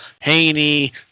Haney